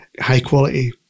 high-quality